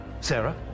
Sarah